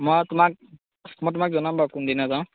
মই তোমাক মই তোমাক জনাম বাৰু কোনদিনা যাওঁ